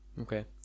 okay